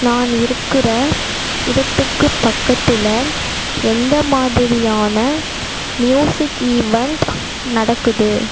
நான் இருக்கிற இடத்துக்கு பக்கத்தில் எந்த மாதிரியான மியூசிக் ஈவண்ட் நடக்குது